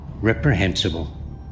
reprehensible